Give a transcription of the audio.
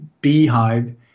beehive